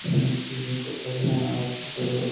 ᱢᱚᱡᱽ ᱜᱮ ᱦᱩᱭ ᱠᱚᱜ ᱛᱟᱵᱚᱱᱟ ᱟᱨ ᱚᱠᱚᱭ ᱫᱚ